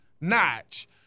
notch